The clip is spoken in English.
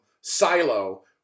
silo